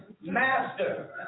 Master